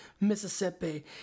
Mississippi